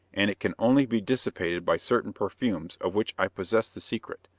and it can only be dissipated by certain perfumes of which i possess the secret.